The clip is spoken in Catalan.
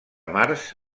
març